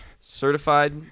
Certified